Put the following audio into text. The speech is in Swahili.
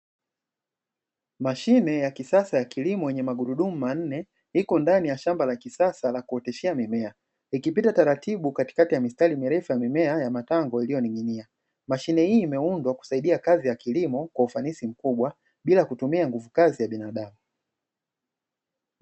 Mashine ya kisasa ya kilimo yenye magurudumu manne iko ndani ya shamba la kisasa la kuoteshea mimea, ikipita taratibu katikati ya mistari mirefu ya mimea ya matango iliyoning'inia. Mashine hii imeundwa kusaidia kazi ya kilimo kwa ufanisi mkubwa bila kutumia nguvu kazi ya binadamu.